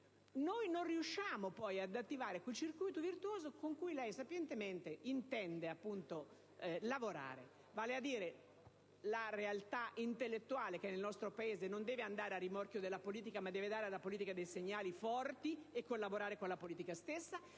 non riusciamo ad attivare quel circuito virtuoso con cui lei sapientemente intende lavorare. La realtà intellettuale nel nostro Paese non deve andare a rimorchio della politica, ma deve dare alla politica segnali forti e collaborare con la politica stessa;